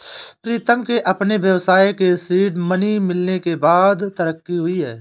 प्रीतम के अपने व्यवसाय के सीड मनी मिलने के बाद तरक्की हुई हैं